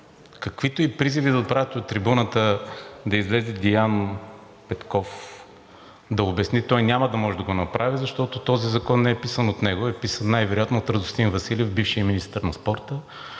каквито и призиви да отправяте от трибуната да излезе Деян Петков да обясни, той няма да може да го направи, защото този закон не е писан от него, а е писан най вероятно от Радостин Василев – бившият министър на спорта,